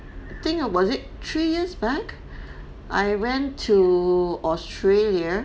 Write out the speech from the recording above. think or was it three years back I went to australia